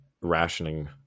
rationing